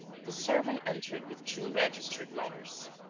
the servant entered with two registered letters.